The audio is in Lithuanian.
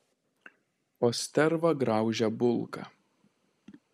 o sterva graužia bulką